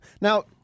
Now